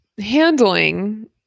handling